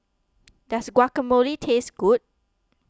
does Guacamole taste good